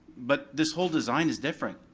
but this whole design is different.